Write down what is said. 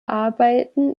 arbeiten